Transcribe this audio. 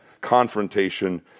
confrontation